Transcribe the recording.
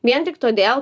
vien tik todėl